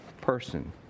person